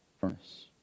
furnace